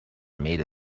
made